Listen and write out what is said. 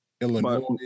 Illinois